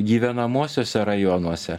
gyvenamuosiuose rajonuose